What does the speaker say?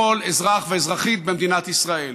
לכל אזרח ואזרחית במדינת ישראל,